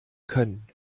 können